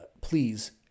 please